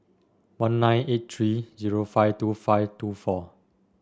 one nine eight three zero five two five two four